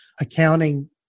accounting